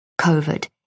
COVID